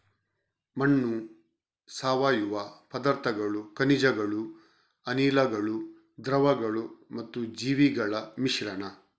ಮಣ್ಣು ಸಾವಯವ ಪದಾರ್ಥಗಳು, ಖನಿಜಗಳು, ಅನಿಲಗಳು, ದ್ರವಗಳು ಮತ್ತು ಜೀವಿಗಳ ಮಿಶ್ರಣ